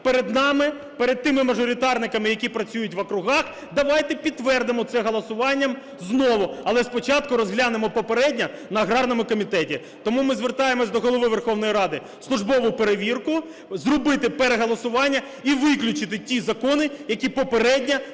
перед нами, перед тими мажоритарниками, які працюють в округах. Давайте підтвердимо це голосуванням знову, але спочатку розглянемо попередньо на аграрному комітеті. Тому ми звертаємось до Голови Верховної Ради: службову перевірку, зробити переголосування і виключити ті закони, які попередньо